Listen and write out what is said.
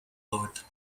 lord